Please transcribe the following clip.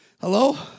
Hello